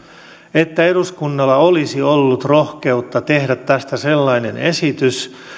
että eduskunnalla olisi ollut rohkeutta tehdä tästä sellainen esitys